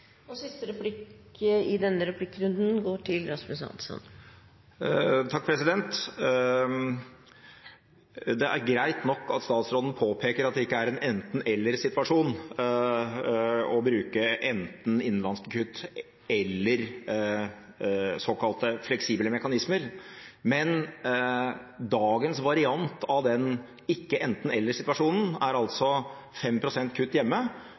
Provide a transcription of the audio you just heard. Det er greit nok at statsråden påpeker at det ikke er en enten–eller-situasjon å bruke enten innenlandskutt eller såkalte fleksible mekanismer, men dagens variant av denne ikke enten–eller-situasjonen er altså 5 pst. kutt hjemme